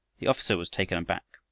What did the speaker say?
the officer was taken aback.